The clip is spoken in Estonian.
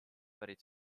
pärit